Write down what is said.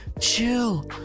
Chill